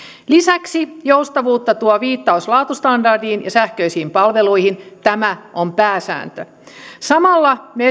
lisäksi joustavuutta tuo viittaus laatustandardiin ja sähköisiin palveluihin tämä on pääsääntö samalla me